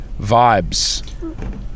vibes